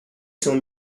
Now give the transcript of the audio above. cent